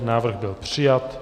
Návrh byl přijat.